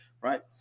right